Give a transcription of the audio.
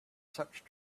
such